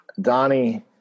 Donnie